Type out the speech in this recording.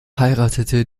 heiratete